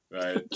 right